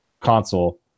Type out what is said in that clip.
console